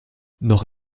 noch